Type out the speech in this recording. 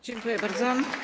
Dziękuję bardzo.